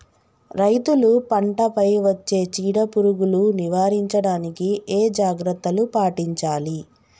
రైతులు పంట పై వచ్చే చీడ పురుగులు నివారించడానికి ఏ జాగ్రత్తలు పాటించాలి?